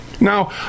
Now